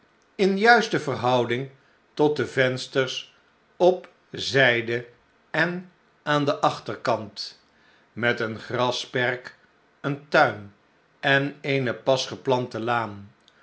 in juiste verhouding tot de vensters op zijde en aan den achterkant met een grasperk een tuin en eene pas geplante laan